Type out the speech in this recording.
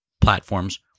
platforms